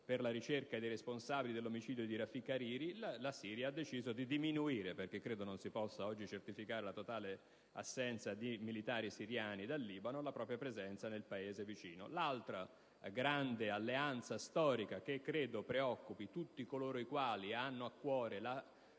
per la ricerca dei responsabili dell'omicidio stesso, la Siria ha deciso di diminuire (perché credo non si possa oggi certificare la totale assenza di militari siriani dal Libano) la propria presenza nel Paese vicino. L'altra grande alleanza storica, che credo preoccupi tutti coloro i quali hanno a cuore,